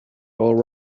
all